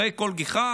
אחרי כל גיחה,